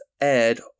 aired